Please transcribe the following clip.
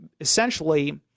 essentially